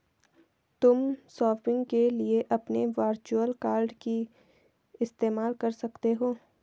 तुम शॉपिंग के लिए अपने वर्चुअल कॉर्ड भी इस्तेमाल कर सकते हो